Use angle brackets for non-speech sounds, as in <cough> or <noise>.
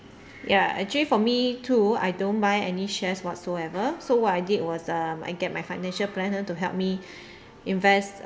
ya actually for me too I don't buy any shares whatsoever so what I did was um I get my financial planner to help me <breath> invest